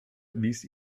wies